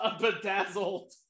bedazzled